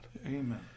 Amen